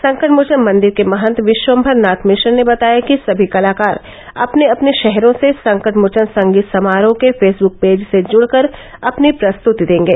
संकटमोचन मंदिर के महंत विश्वम्भरनाथ मिश्र ने बताया कि सभी कलाकार अपने अपने शहरों से संकटमोचन संगीत समारोह के फेसबुक पेज से जुडकर अपनी प्रस्तुति देंगे